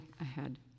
ahead